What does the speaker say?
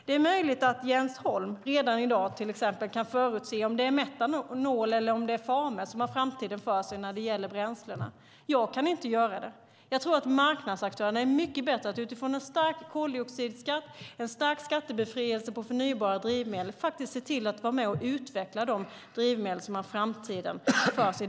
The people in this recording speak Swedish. Det är möjligt att Jens Holm redan i dag till exempel kan förutse om det är metanol eller andra former som är framtiden för sig när det gäller bränslena. Jag kan inte göra det. Jag tror att marknadsaktörerna är mycket bättre att utifrån en stark koldioxidskatt och en stark skattebefrielse på förnybara drivmedel se till att vara med och utveckla de drivmedel som har framtiden för sig.